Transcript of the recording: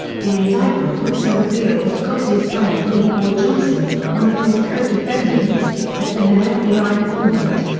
the indictment also revealed that gotti's friend willie boy johnson, one of his co-defendants, had been an fbi informant.